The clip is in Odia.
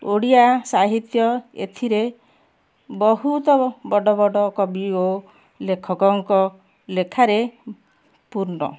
ଓଡ଼ିଆ ସାହିତ୍ୟ ଏଥିରେ ବହୁତ ବଡ଼ ବଡ଼ କବି ଓ ଲେଖକଙ୍କ ଲେଖାରେ ପୂର୍ଣ୍ଣ